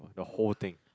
the whole thing